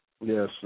yes